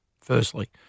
firstly